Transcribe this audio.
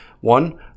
One